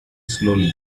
slowly